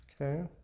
Okay